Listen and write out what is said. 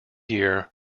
gear